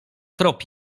trop